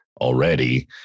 already